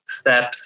steps